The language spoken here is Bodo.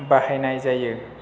बाहायनाय जायो